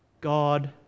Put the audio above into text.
God